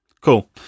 cool